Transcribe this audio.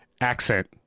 accent